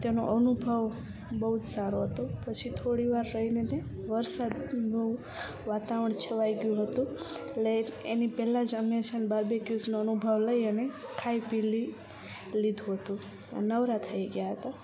તેનો અનુભવ બહુ જ સારો હતો પછી થોડી વાર રહીને તે વરસાદ બહુ વાતાવરણ છવાઈ ગયું હતું એટલે એની પહેલાં જ અમે છે ને બાર્બીક્યુઝનો અનુભવ લઈ અને ખાઈ પી લીધું હતું એ નવરા થઈ ગયા હતા